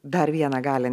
dar vieną galią